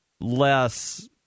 less